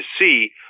see